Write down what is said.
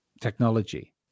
technology